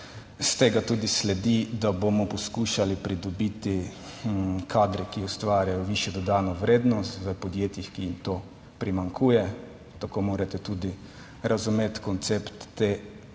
Iz tega tudi sledi, da bomo poskušali pridobiti kadre, ki ustvarjajo višjo dodano vrednost v podjetjih, ki jim to primanjkuje. Tako morate tudi razumeti koncept te spremembe.